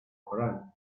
koran